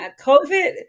covid